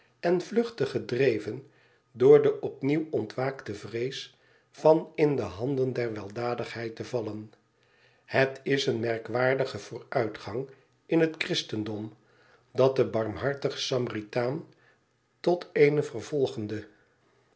en vluchtte gedreven door de opnieuw ontwaakte vrees van in de handen der weldadigheid te vallen het is een merkwaardige vooruitgang in het christendom dat den barmhartigen samaritaan tot eene vervolgende